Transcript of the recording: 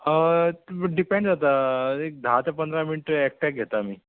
depend जाता एक धा ते पंदरा मिनट एकठ्याक घेता आमी